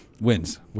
wins